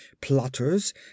plotters